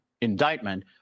indictment